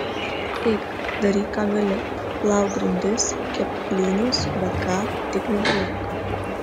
eik daryk ką gali plauk grindis kepk blynus bet ką tik negulėk